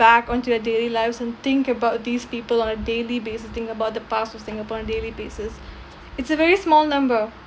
back onto their daily lives and think about these people on a daily basis think about the past of singapore on a daily basis it's a very small number